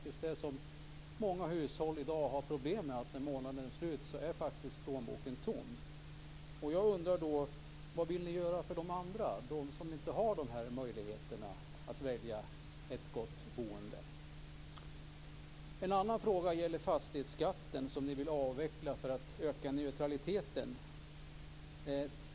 Många hushåll i dag har problem med att när månaden är slut så är plånboken tom. Jag undrar då: Vad vill ni göra för dem som inte har möjlighet att välja ett gott boende? En annan fråga gäller fastighetsskatten som ni vill avveckla för att öka neutraliteten.